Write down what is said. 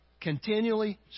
continually